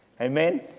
Amen